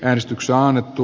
äänestykse annettu